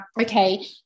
okay